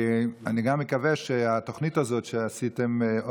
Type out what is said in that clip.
אני גם מקווה שהתוכנית הזאת שעשיתם,